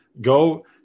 go